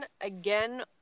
Again